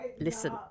Listen